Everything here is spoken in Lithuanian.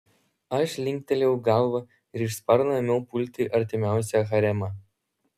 aš linktelėjau galvą ir iš sparno ėmiau pulti artimiausią haremą